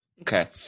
Okay